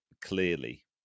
clearly